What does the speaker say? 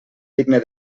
digne